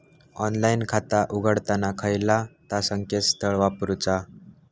Online खाता उघडताना खयला ता संकेतस्थळ वापरूचा?